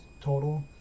total